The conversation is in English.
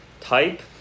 type